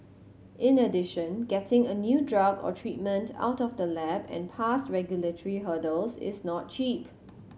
in addition getting a new drug or treatment out of the lab and past regulatory hurdles is not cheap